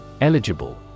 Eligible